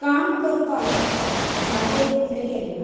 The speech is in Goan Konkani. काम करपाक जागे तितले केले ना